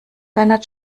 deiner